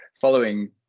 following